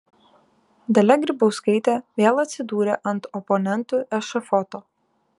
dalia grybauskaitė vėl atsidūrė ant oponentų ešafoto